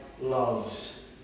loves